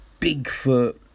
Bigfoot